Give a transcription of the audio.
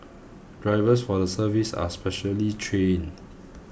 drivers for the service are specially trained